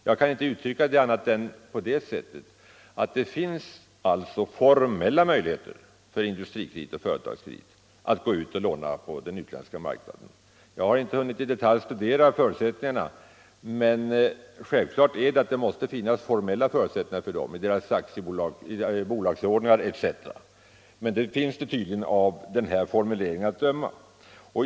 Jag kan inte tolka detta annat än så att det alltså finns formella möjligheter för Industrikredit och Företagskredit att låna på den utländska marknaden. Jag har inte hunnit i detalj studera förutsättningarna, men självfallet måste det finnas formella förutsättningar härför i bolagsordningar osv. Av formuleringen i svaret att döma finns det tydligen sådana förutsättningar.